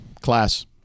class